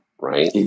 Right